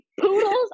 poodles